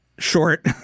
Short